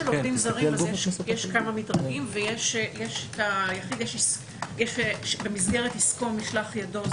עובדים זרים יש כמה מדרגים ויש את ,מסגרת עסקו ומשלח ידו"